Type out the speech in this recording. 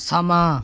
ਸਮਾਂ